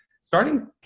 starting